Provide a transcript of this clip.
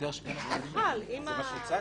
זה מה שהצעתי,